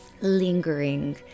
lingering